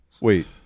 Wait